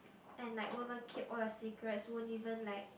and like won't want keep all the secrets won't even like